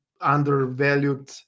undervalued